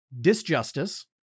disjustice